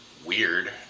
weird